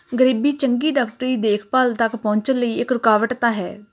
ਗਰੀਬੀ ਚੰਗੀ ਡਾਕਟਰੀ ਦੇਖਭਾਲ ਤੱਕ ਪਹੁੰਚਣ ਲਈ ਇੱਕ ਰੁਕਾਵਟ ਤਾਂ ਹੈ